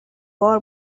بار